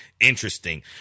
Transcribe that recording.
interesting